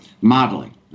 modeling